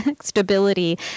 stability